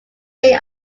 main